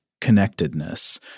connectedness